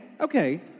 okay